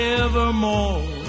evermore